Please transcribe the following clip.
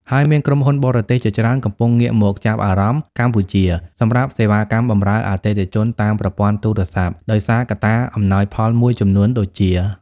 ហើយមាន ក្រុមហ៊ុនបរទេសជាច្រើនកំពុងងាកមកចាប់អារម្មណ៍កម្ពុជាសម្រាប់សេវាកម្មបម្រើអតិថិជនតាមប្រព័ន្ធទូរស័ព្ទ ដោយសារកត្តាអំណោយផលមួយចំនួនដូចជា៖